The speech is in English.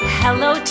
hello